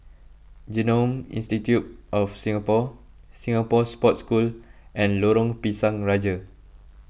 Genome Institute of Singapore Singapore Sports School and Lorong Pisang Raja